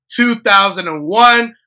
2001